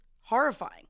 horrifying